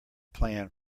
plan